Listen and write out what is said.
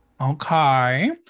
Okay